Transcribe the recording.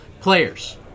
Players